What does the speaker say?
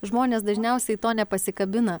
žmonės dažniausiai to nepasikabina